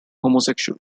homosexual